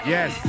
Yes